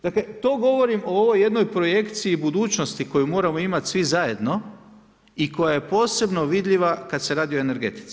Dakle to govorim o ovoj jednoj projekciji budućnosti koju moramo imati svi zajedno i koja je posebno vidljiva kada se radi o energetici.